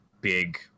big